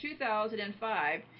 2005